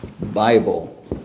Bible